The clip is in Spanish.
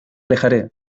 alejaré